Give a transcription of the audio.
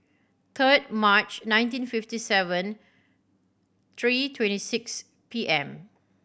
third March nineteen fifty seven three twenty six P M